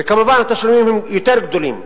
וכמובן התשלומים הם יותר גדולים.